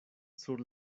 sur